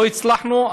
לא הצלחנו.